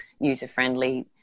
user-friendly